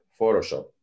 Photoshop